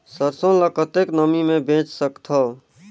सरसो ल कतेक नमी मे बेच सकथव?